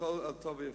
הכול טוב ויפה.